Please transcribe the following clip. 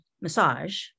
massage